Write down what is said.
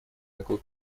какой